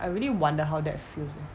I really wonder how that feels